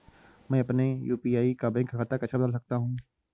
मैं अपने यू.पी.आई का बैंक खाता कैसे बदल सकता हूँ?